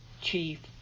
chief